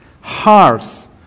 hearts